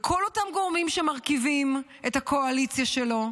ועל כל אותם גורמים שמרכיבים את הקואליציה שלו,